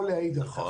יכול להעיד על כך.